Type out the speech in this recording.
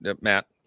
Matt